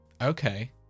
Okay